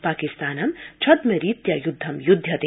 पाकिस्तानं छद्यरीत्या युद्धं युध्यते